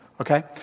Okay